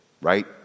right